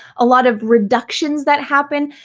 a lot of reductions that happen,